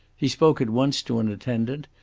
he spoke at once to an attendant,